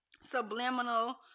Subliminal